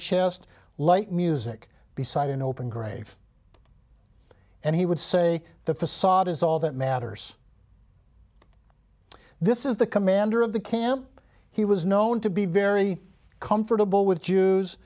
chest like music beside an open grave and he would say the facade is all that matters this is the commander of the camp he was known to be very comfortable with jews